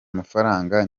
mafaranga